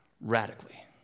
radically